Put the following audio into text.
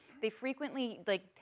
they frequently, like,